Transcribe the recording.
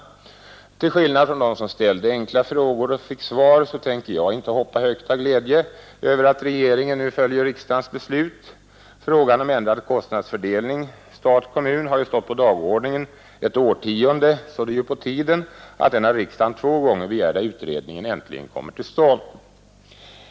Till skillnad från dem som ställde enkla frågor och fick svar på dessa tänker jag inte hoppa högt av glädje över att regeringen nu följer riksdagens beslut. Frågan om ändrad kostnadsfördelning stat-kommun har ju stått på dagordningen ett årtionde, varför det är på tiden att den av riksdagen två gånger begärda utredningen äntligen kommer till stånd.